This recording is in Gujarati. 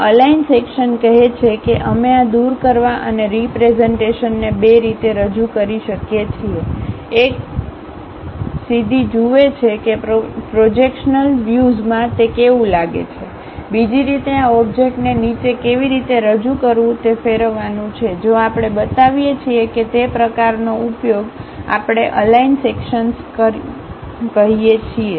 આ અલાઈન સેક્શન કહે છે કે અમે આ દૂર કરવા અને રીપ્રેઝન્ટેશનને બે રીતે રજૂ કરી શકીએ છીએ એક સીધી જુએ છે કે પ્રોજેક્શનલ વ્યુઝ માં તે કેવું લાગે છે બીજી રીતે આ ઓબ્જેક્ટને નીચે કેવી રીતે રજૂ કરવું તે ફેરવવાનું છે જો આપણે બતાવીએ છીએ કે તે પ્રકારનો ઉપયોગ આપણે અલાઈન સેક્શનસ કહીએ છીએ